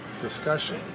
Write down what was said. discussion